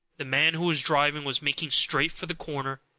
the man who was driving was making straight for the corner,